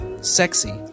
sexy